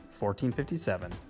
1457